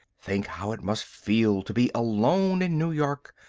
think how it must feel to be alone in new york,